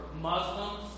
Muslims